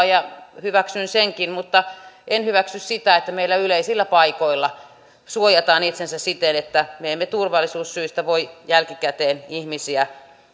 ja hyväksyn senkin mutta en hyväksy sitä että meillä yleisillä paikoilla suojataan itsensä siten että me emme turvallisuussyistä voi jälkikäteen ihmisiä